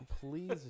Please